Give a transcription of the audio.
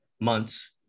months